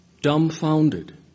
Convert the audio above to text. dumbfounded